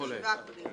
בישיבה הקודמת.